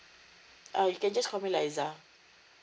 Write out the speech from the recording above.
ah you can just call me liza